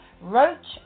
Roach